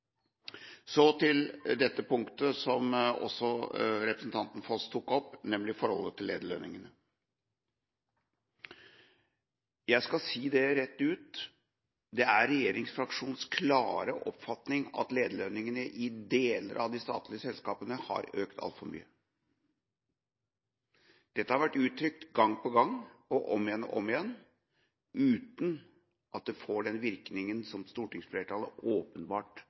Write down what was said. Så til det punktet som også representanten Foss tok opp – nemlig forholdet til lederlønningene. Jeg skal si det rett ut: Det er regjeringsfraksjonens klare oppfatning at lederlønningene i deler av de statlige selskapene har økt altfor mye. Dette har vært uttrykt gang på gang – om igjen og om igjen – uten at det får den virkningen som stortingsflertallet åpenbart